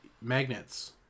Magnets